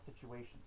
situations